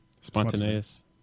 Spontaneous